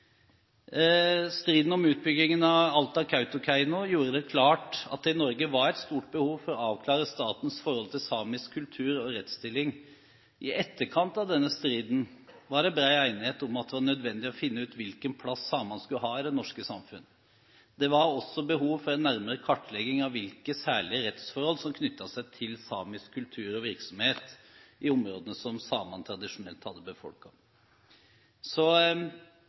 Striden om utbyggingen av Alta-Kautokeino-vassdraget gjorde det klart at det i Norge var et stort behov for å avklare statens forhold til samisk kultur og rettsstilling. I etterkant av denne striden var det bred enighet om at det var nødvendig å finne ut hvilken plass samene skulle ha i det norske samfunn. Det var også behov for en nærmere kartlegging av hvilke særlige rettsforhold som knyttet seg til samisk kultur og virksomhet i områdene som samene tradisjonelt hadde befolket. Så